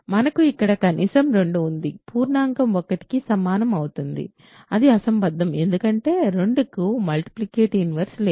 మనకు ఇక్కడ కనీసం 2 ఉంది పూర్ణాంకం 1కి సమానం అవుతుంది అది అసంబద్ధం ఎందుకంటే 2కి మల్టిప్లికేటివ్ ఇన్వర్స్ లేదు